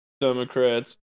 Democrats